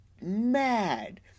mad